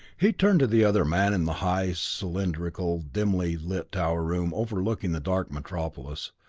he turned to the other man in the high, cylindrical, dimly lit tower room overlooking the dark metropolis,